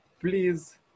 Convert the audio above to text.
please